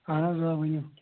اہن حظ آ ؤنِو